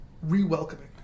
re-welcoming